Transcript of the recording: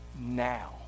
now